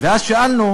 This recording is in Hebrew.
ואז שאלנו: